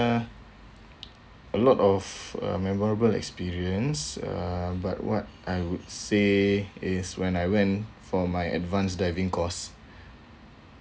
uh a lot of uh memorable experience uh but what I would say is when I went for my advanced diving course